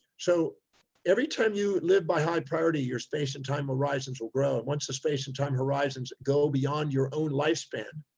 so every time you live by high priority, your space and time horizons will grow once the space and time horizons go beyond your own lifespan,